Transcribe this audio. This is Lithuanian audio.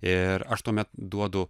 ir aš tuomet duodu